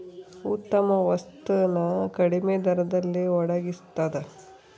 ಉತ್ತಮ ವಸ್ತು ನ ಕಡಿಮೆ ದರದಲ್ಲಿ ಒಡಗಿಸ್ತಾದ